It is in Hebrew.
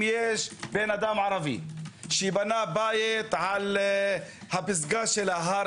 אם יש בן אדם ערבי שבנה בית על פסגת ההר